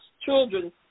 children